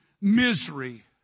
misery